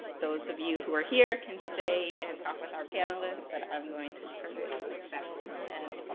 those of you who are here can stay and talk with our panelists, but i'm going to turn it back over. yeah,